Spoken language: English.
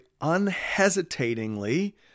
unhesitatingly